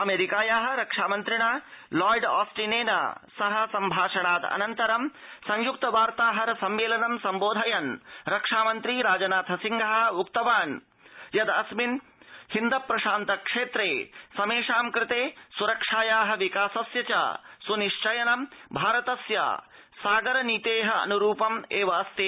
अमेरिकाया रक्षा मन्त्रिणा लॉयड ऑस्टिनेन सह संभाषणाद अनन्तरं संयुक्त वार्ताहर सम्मेलनं सम्बोधयन् रक्षामन्त्री राजनाथ सिंह उक्तवान् यद् अस्मिन् हिन्द प्रशान्त क्षेत्रे समेषां कृते सुरक्षाया विकासस्य च सुनिश्चयनं भारतस्य सागर नीते अनुरूपम् एव अस्ति